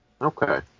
Okay